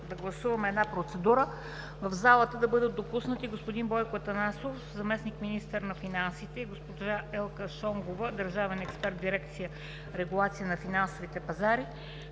да гласуваме една процедура в залата да бъдат допуснати господин Бойко Атанасов – заместник-министър на финансите, госпожа Елка Шонгова – държавен експерт в Дирекция „Регулация на финансовите пазари“,